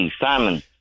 Simon